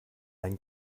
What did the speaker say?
ein